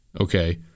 Okay